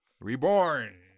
reborn